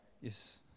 yes